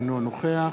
אינו נוכח